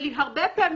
120 יום.